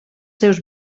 seus